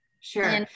sure